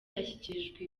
yashyikirijwe